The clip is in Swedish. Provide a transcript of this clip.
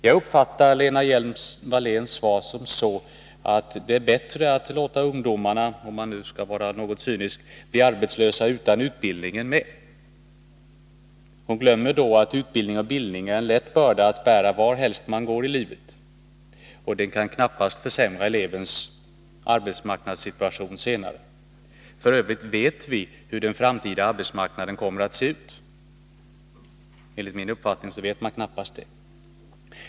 Jag uppfattar Lena Hjelm-Walléns svar så, att det — om man nu skall vara något cynisk — är bättre att låta ungdomarna bli arbetslösa utan utbildning än med. Hon glömmer då att utbildning och bildning är en lätt börda att bära, varhelst man går i livet. Och en genomgången utbildning kan knappast försämra elevens arbetsmarknadssituation. Vet vi f.ö. hur den framtida arbetsmarknaden ser ut? Enligt min uppfattning vet man knappast det.